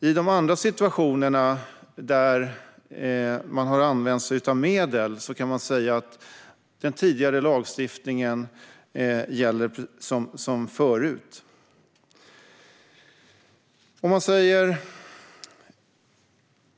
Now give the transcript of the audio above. I de andra situationerna, där man har använt sig av medel, kan den tidigare lagstiftningen sägas gälla på samma sätt som förut.